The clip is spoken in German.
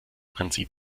prinzip